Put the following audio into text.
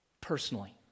personally